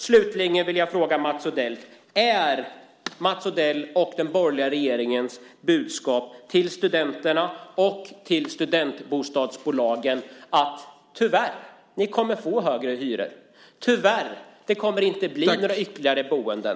Slutligen vill jag fråga Mats Odell: Är hans och den borgerliga regeringens besked till studenterna och studentbostadsbolagen att det tyvärr blir högre hyror och att det inte blir några flera boenden?